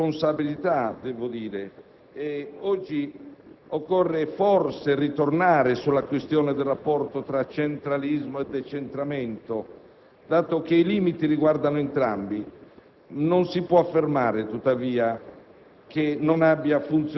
tra diverse responsabilità. Oggi occorre forse tornare sulla questione del rapporto tra centralismo e decentramento, dato che i limiti riguardano entrambi. Non si può affermare, tuttavia,